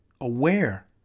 aware